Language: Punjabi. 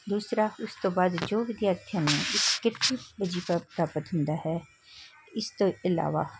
ਦੂਸਰਾ ਉਸ ਤੋਂ ਬਾਅਦ ਜੋ ਵਿਦਿਆਰਥੀਆਂ ਨੂੰ ਵਜੀਫਾ ਪ੍ਰਾਪਤ ਹੁੰਦਾ ਹੈ ਇਸ ਤੋਂ ਇਲਾਵਾ